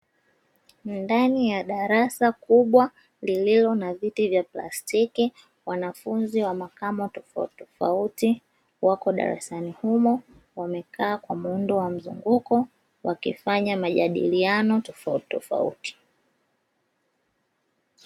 Ndani ya darasa kubwa lililo na viti vya plastiki, wanafunzi wa makamo tofautitofauti wako darasani humo wamekaa kwa muundo wa mzunguko wakifanya majadiliano tofautitofauti.